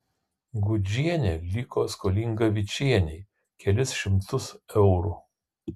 gudžienė liko skolinga vičienei kelis šimtus eurų